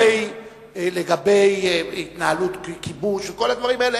יש טענות לגבי התנהלות כיבוש וכל הדברים האלה.